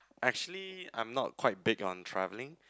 actually I am not quite big on travelling